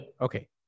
Okay